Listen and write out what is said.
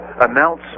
announce